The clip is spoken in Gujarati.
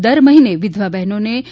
દર મહિને વિધવા બહેનોને રૂ